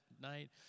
night